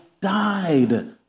died